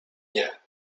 nie